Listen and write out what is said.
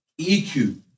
EQ